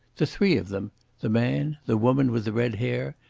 the three of them the man, the woman with the red hair,